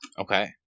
Okay